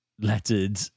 lettered